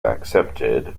accepted